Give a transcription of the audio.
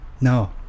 no